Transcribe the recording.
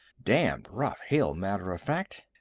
damned rough hill, matter of fact.